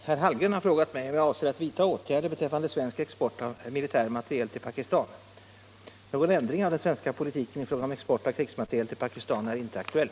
Herr talman! Herr Hallgren har frågat mig om jag avser att vidtaga åtgärder beträffande svensk export av militär materiel till Pakistan. Någon ändring av den svenska politiken i fråga om export av krigsmateriel till Pakistan är inte aktuell.